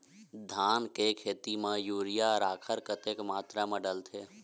धान के खेती म यूरिया राखर कतेक मात्रा म डलथे?